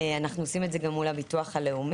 אנחנו עושים את זה גם מול הביטוח הלאומי,